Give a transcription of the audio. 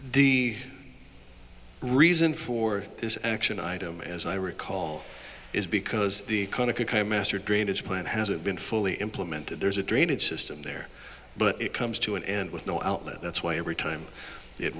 the reason for this action item as i recall is because the master drainage plan hasn't been fully implemented there's a drainage system there but it comes to an end with no outlet that's why every time it